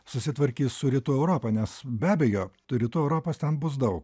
susitvarkys su rytų europa nes be abejo rytų europos ten bus daug